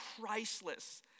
priceless